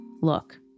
look